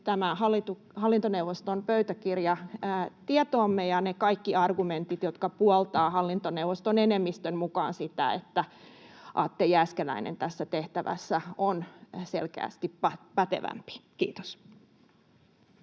hallintoneuvoston pöytäkirja ja ne kaikki argumentit, jotka puoltavat hallintoneuvoston enemmistön mukaan sitä, että Atte Jääskeläinen on tässä tehtävässä selkeästi pätevämpi. — Kiitos.